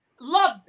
Love